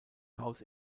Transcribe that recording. haus